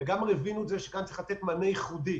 הבינו שצריך לתת כאן מענה ייחודי